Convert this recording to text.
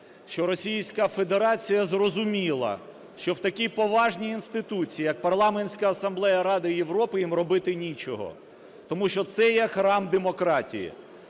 що Російська Федерація зрозуміла, що в такій поважній інституції, як Парламентська асамблея Ради Європи, їм робити н і чого, тому що це є храм демократії.